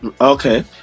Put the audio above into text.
Okay